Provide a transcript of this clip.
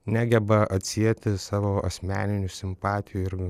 negeba atsieti savo asmeninių simpatijų ir